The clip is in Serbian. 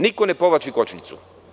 Niko ne povlači kočnicu.